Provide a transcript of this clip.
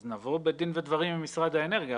אז נבוא בדין ודברים עם משרד האנרגיה,